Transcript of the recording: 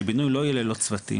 שבינוי לא יהיה ללא צוותים.